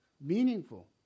meaningful